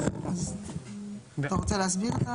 אתה רוצה להסביר?